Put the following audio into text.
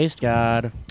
God